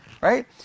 right